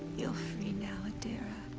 you're free now, adira.